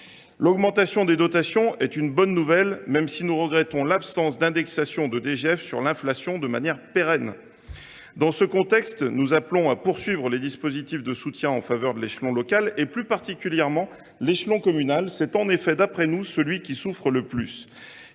L’augmentation des dotations est une bonne nouvelle, même si nous regrettons l’absence d’indexation pérenne de la DGF sur l’inflation. Dans ce contexte, nous appelons à poursuivre les dispositifs de soutien en faveur de l’échelon local, et plus particulièrement de l’échelon communal, qui est, selon nous, celui qui souffre le plus.